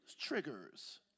triggers